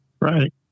Right